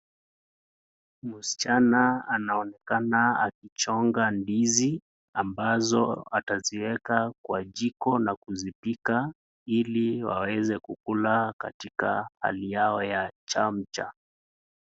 Msichana anaonekana akichonga ndizi ambazo ataziweka kwenye jiko na kupika, ili aweze kula katika hali yao ya chamcha.